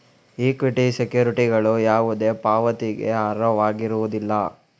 equity ಸೆಕ್ಯುರಿಟಿಗಳು ಯಾವುದೇ ಪಾವತಿಗೆ ಅರ್ಹವಾಗಿರುವುದಿಲ್ಲ